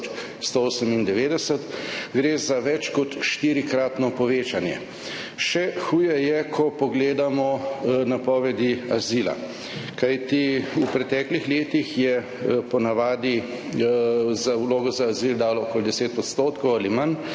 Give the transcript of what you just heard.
gre za več kot štirikratno povečanje. Še huje je, ko pogledamo napovedi azila. Kajti v preteklih letih je po navadi vlogo za azil dalo okoli 10 % ali manj,